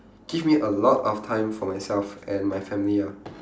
give me a lot of time for myself and my family ah